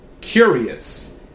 curious